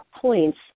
points